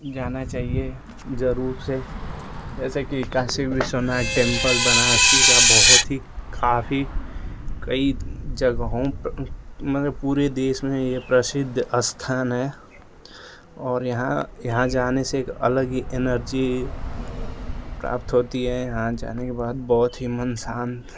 जाना चाहिए जरूर से जैसे कि काशी विश्वनाथ टेम्पल बनारस का बहुत ही काफी कई जगहों मतलब पूरे देश में यह प्रसिद्ध स्थान है और यहाँ यहाँ जाने से एक अलग एनर्ज़ी प्राप्त होती है यहाँ जाने के बाद बहुत ही मन शान्त